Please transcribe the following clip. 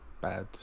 bad